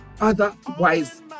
otherwise